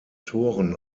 toren